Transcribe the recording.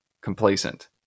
complacent